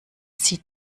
sie